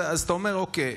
אז אתה אומר: אוקיי.